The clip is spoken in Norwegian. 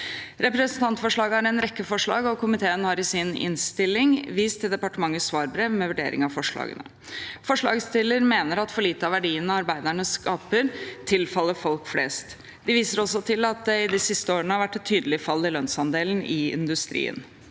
representantforslaget er det en rekke forslag, og komiteen har i sin innstilling vist til departementets svarbrev med vurdering av forslagene. Forslagsstillerne mener at for lite av verdiene arbeiderne skaper, tilfaller folk flest. De viser også til at det i de siste årene har vært et tydelig fall i lønnsandelen i industrien.